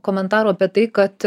komentarų apie tai kad